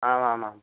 आम् आम् आं